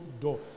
door